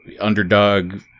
underdog